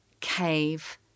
Cave